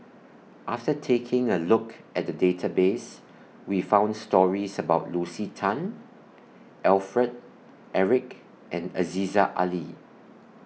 after taking A Look At The Database We found stories about Lucy Tan Alfred Eric and Aziza Ali